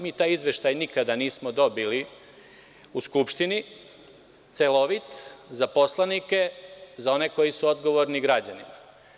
Mi taj izveštaj nikada nismo dobili u Skupštini, celovit, za poslanike, za one koji su odgovorni građanima.